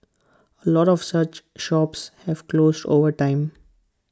A lot of such shops have closed over time